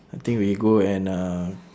I think we go and uh